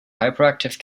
hyperactive